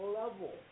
level